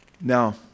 Now